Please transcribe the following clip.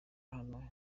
hano